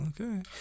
Okay